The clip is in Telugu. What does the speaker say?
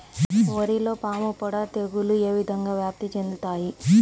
వరిలో పాముపొడ తెగులు ఏ విధంగా వ్యాప్తి చెందుతాయి?